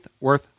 Worth